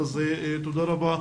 תודה רבה,